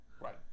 right